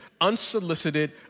unsolicited